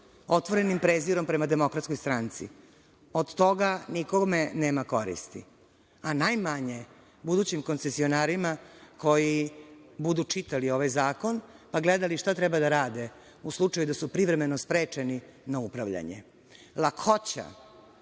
otvorenim prezirom prema DS? Od toga nikome nema koristi, a najmanje budućim koncesionarima koji budu čitali ovaj zakon, pa gledali šta treba da rade u slučaju da su privremeno sprečeni na upravljanje. Lakoća